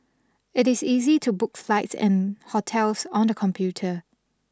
it is easy to book flights and hotels on the computer